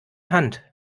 hand